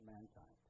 Mankind